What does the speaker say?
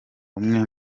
umwe